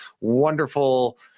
wonderful